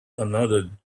another